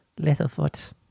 Littlefoot